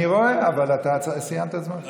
אני רואה, אבל אתה סיימת את זמנך.